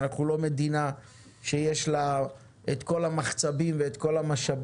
ואנחנו לא מדינה שיש לה את כל המחצבים ואת כל המשאבים,